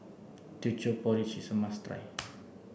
Teochew Porridge is a must try